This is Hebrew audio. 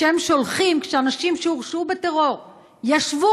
כשהם שולחים כשאנשים שהורשעו בטרור וישבו